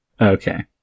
Okay